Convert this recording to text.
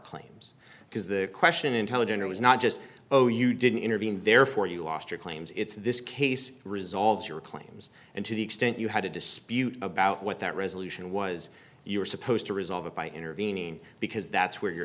claims because the question intelligent it was not just oh you didn't intervene therefore you lost your claims it's this case resolves your claims and to the extent you had a dispute about what that resolution was you were supposed to resolve it by intervening because that's where your